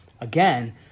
again